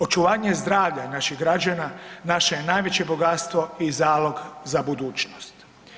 Očuvanje zdravlja naših građana naše je najveće bogatstvo i zalog za budućnost.